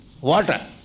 water